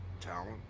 talent